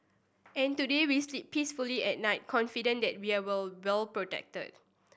and today we sleep peacefully at night confident that we are well protected